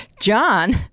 John